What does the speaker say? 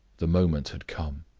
the moment had come.